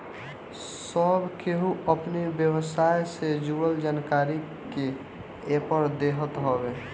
सब केहू अपनी व्यवसाय से जुड़ल जानकारी के एपर देत हवे